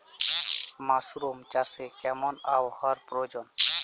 Mushroom চাষে কেমন আবহাওয়ার প্রয়োজন?